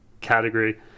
category